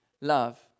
love